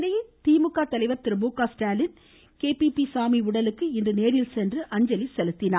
இதனிடையே திமுக தலைவர் திரு மு க ஸ்டாலின் இன்று கேபிபி சாமி உடலுக்கு நேரில் சென்று அஞ்சலி செலுத்தினார்